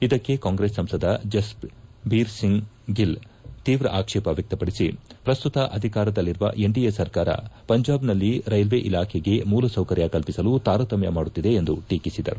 ಇದಕ್ಕೆ ಕಾಂಗ್ರೆಸ್ ಸಂಸದ ಜಸ್ ಬೀರ್ ಸಿಂಗ್ ಗಿಲ್ ತೀವ್ರ ಆಕ್ಷೇಪ ವ್ಯಕ್ತಪಡಿಸಿ ಪ್ರಸ್ತುತ ಅಧಿಕಾರದಲ್ಲಿರುವ ಎನ್ಡಿಎ ಸರ್ಕಾರ ಪಂಜಾಬ್ನಲ್ಲಿ ಕೈಲ್ವೆ ಇಲಾಖೆಗೆ ಮೂಲ ಸೌಕರ್ಯ ಕಲ್ಪಿಸಲು ತಾರತಮ್ಯ ಮಾಡುತ್ತಿದೆ ಎಂದು ಟೀಕಿಸಿದರು